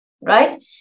right